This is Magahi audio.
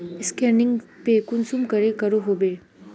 स्कैनिंग पे कुंसम करे करो होबे?